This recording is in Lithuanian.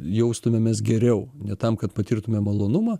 jaustumėmės geriau ne tam kad patirtumėm malonumą